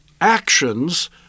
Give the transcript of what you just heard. actions